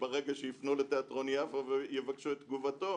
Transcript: וברגע שיפנו לתיאטרון יפו ויבקשו את תגובתו,